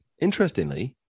interestingly